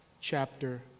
chapter